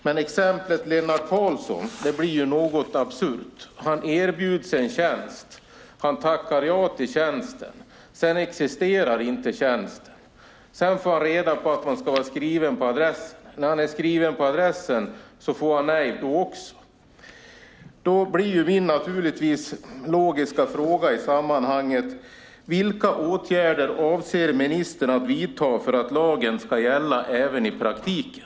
Men exemplet Lennart Karlsson blir något absurt. Han erbjuds en tjänst och tackar ja till tjänsten, och sedan existerar inte tjänsten. Därefter får han reda på att han ska vara skriven på adressen. När han är skriven på adressen får han också då nej. Min logiska fråga i sammanhanget blir: Vilka åtgärder avser ministern att vidta för att lagen ska gälla även i praktiken?